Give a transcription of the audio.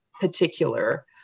particular